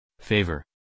favor